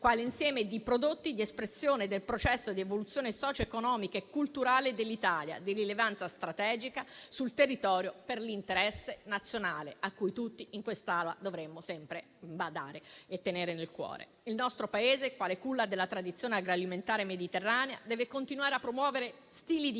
quale insieme di prodotti di espressione del processo di evoluzione socio-economica e culturale dell'Italia, di rilevanza strategica sul territorio per l'interesse nazionale cui tutti in quest'Aula dovremo sempre badare e che tutti dovremo tenere nel cuore. Il nostro Paese, quale culla della tradizione agroalimentare mediterranea, deve continuare a promuovere stili di